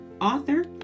author